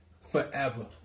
forever